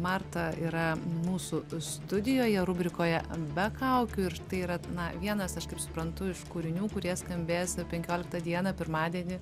marta yra mūsų studijoje rubrikoje be kaukių ir tai yra na vienas aš kaip suprantu iš kūrinių kurie skambės penkioliktą dieną pirmadienį